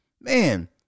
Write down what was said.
man